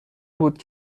بود